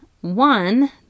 One